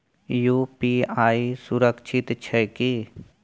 UPI सुरक्षित छै की?